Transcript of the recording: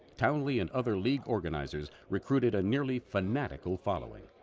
townley and other league organizers recruited a nearly fanatical following.